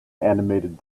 animated